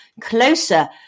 closer